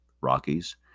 Rockies